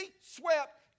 swept